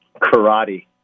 Karate